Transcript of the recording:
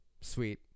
Sweet